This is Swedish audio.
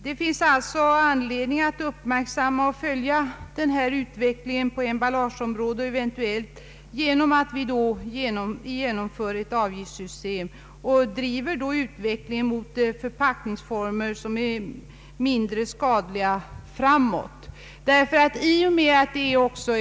Det finns, herr talman, anledning att uppmärksamt följa utvecklingen på emballageområdet. Genom ett pantsystem kan man eventuellt söka driva utvecklingen i riktning mot förpackningsformer som är mindre skadliga än de nu använda.